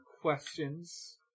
questions